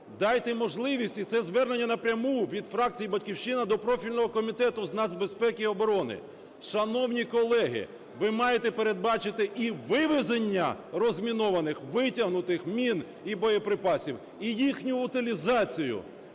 Дайте можливість, і це звернення напряму від фракції "Батьківщина" до профільного Комітету з нацбезпеки і оборони. Шановні колеги, ви маєте передбачити і вивезення розмінованих, витягнутих мін і боєприпасів, і їхню утилізацію.